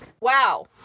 wow